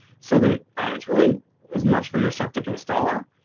so that it's really as much for your septic installer.